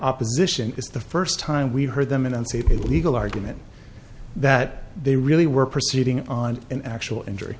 opposition is the first time we heard them in and see a legal argument that they really were proceeding on an actual injury